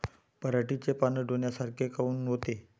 पराटीचे पानं डोन्यासारखे काऊन होते?